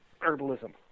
herbalism